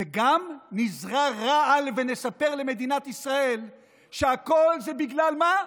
וגם נזרע רעל ונספר למדינת ישראל שכל זה, בגלל מה?